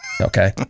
Okay